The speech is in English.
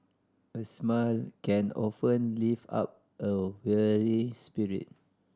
a smile can often lift up a weary spirit